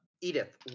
Edith